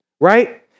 right